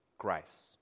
Grace